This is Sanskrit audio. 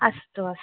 अस्तु अस्तु